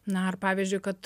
na ar pavyzdžiui kad